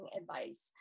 advice